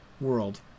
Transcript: world